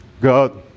God